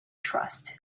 trust